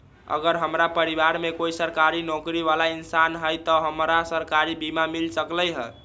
अगर हमरा परिवार में कोई सरकारी नौकरी बाला इंसान हई त हमरा सरकारी बीमा मिल सकलई ह?